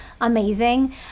amazing